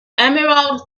emerald